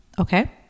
Okay